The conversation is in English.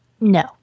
No